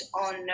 on